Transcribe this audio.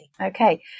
Okay